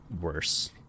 worse